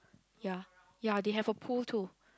ya ya they have a poll to